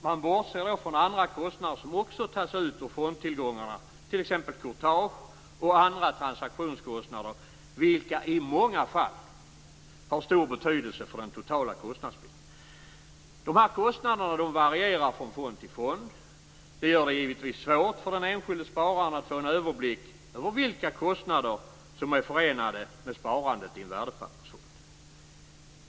Man bortser då från andra kostnader som också tas ut ur fondtillgångarna, t.ex. courtage och andra transaktionskostnader, vilka i många fall har stor betydelse för den totala kostnadsbilden. Dessa kostnader varierar från fond till fond. Det gör det givetvis svårt för den enskilde spararen att få en överblick över vilka kostnader som är förenade med sparandet i en värdepappersfond.